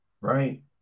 right